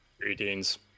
Greetings